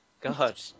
God